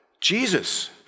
Jesus